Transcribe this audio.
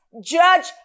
judge